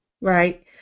right